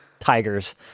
tigers